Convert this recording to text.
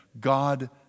God